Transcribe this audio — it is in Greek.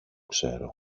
ξέρω